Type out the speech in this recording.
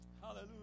Hallelujah